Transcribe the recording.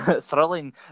thrilling